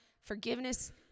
forgiveness